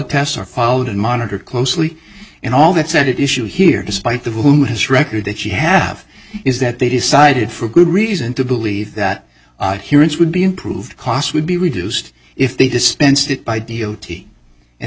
tests are followed and monitored closely and all that said it issue here despite the boom his record that you have is that they decided for good reason to believe that humans would be improved cost would be reduced if they dispensed it by d o t and